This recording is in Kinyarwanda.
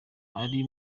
ari